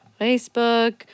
Facebook